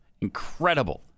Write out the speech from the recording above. incredible